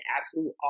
absolute